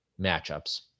matchups